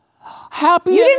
Happy